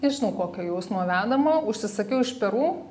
nežinau kokio jausmo vedama užsisakiau iš peru